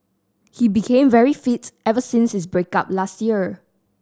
he became very fit ever since his break up last year